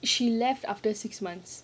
she left after six months